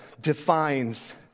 defines